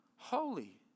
Holy